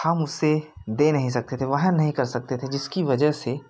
हम उसे दे नहीं सकते थे वाहन नहीं कर सकते थे जिसकी वजह से